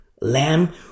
lamb